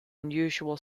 unusual